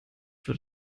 wird